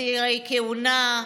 שיאי כהונה,